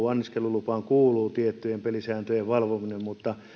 anniskelulupaan kuuluu tiettyjen pelisääntöjen valvominen mutta